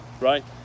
Right